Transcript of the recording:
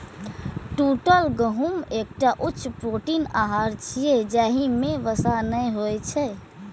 टूटल गहूम एकटा उच्च प्रोटीन आहार छियै, जाहि मे वसा नै होइ छै